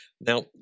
Now